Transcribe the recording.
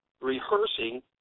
rehearsing